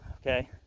Okay